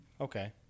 Okay